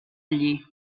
allí